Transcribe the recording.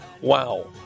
wow